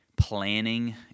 Planning